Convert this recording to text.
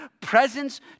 presence